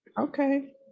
Okay